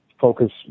focus